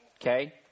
Okay